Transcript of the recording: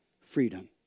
freedom